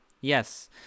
Yes